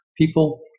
people